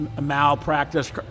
malpractice